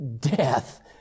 Death